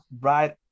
right